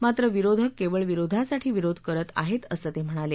मात्र विरोधक केवळ विरोधासाठी विरोध करत आहेत असं ते म्हणाले